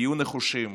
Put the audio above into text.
תהיו נחושים,